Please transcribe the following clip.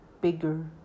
bigger